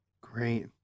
Great